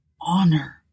honor